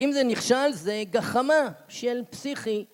אם זה נכשל, זה גחמה של פסיכי.